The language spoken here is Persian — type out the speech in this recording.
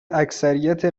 اکثریت